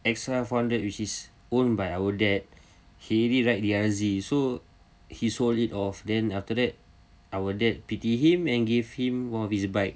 extra four hundred which is owned by our dad he already ride D_R_Z so he sold it off then after that our dad pity him and give him one of his bike